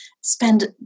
spend